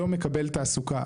לא מקבל תעסוקה,